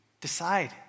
decide